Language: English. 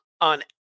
on